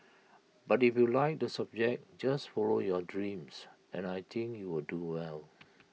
but if you like the subject just follow your dreams and I think you'll do well